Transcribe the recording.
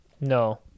no